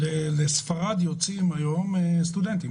לספרד יוצאים היום סטודנטים.